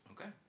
Okay